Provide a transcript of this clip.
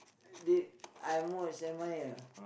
they I'm most admire ah